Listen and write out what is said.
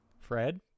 Fred